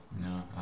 No